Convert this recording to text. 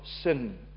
sin